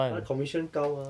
他的 commission 高吗